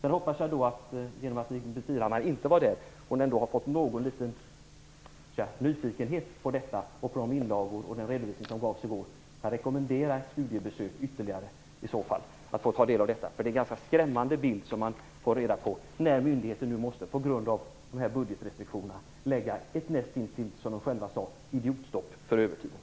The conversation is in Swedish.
Eftersom Ingbritt Irhammar inte var där i går hoppas jag att hon ändå har blivit litet nyfiken på detta och på de inlagor och den redovisning som gavs i går. Jag rekommenderar ett studiebesök för att få ta del av detta. Det är en ganska skrämmande bild som man får se nu när myndigheten på grund av budgetrestriktionerna måste lägga ett näst intill idiotstopp för övertiden, som de sade själva.